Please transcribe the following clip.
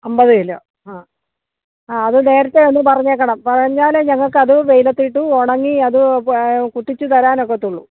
അമ്പത് കിലോ ആ ആ അത് നേരത്തെ ഒന്ന് പറഞ്ഞേക്കണം പറഞ്ഞാലേ ഞങ്ങൾക്കത് വെയിലത്തിട്ട് ഉണങ്ങി അത് കുത്തിച്ച് തരാനൊക്കത്തുള്ളൂ